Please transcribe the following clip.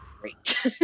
great